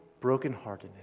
brokenheartedness